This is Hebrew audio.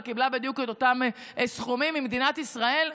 אבל קיבלה בדיוק את אותם סכומים ממדינת ישראל.